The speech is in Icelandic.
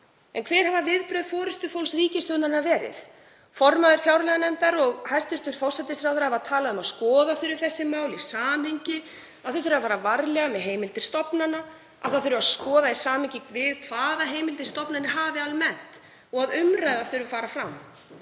En hver hafa viðbrögð forystufólks ríkisstjórnarinnar verið? Formaður fjárlaganefndar og hæstv. forsætisráðherra hafa talað um að skoða þurfi þessi mál í samhengi, að fara þurfi varlega með heimildir stofnana, að það þurfi að skoða í samhengi við hvaða heimildir stofnanir hafi almennt og að umræða þurfi að fara fram.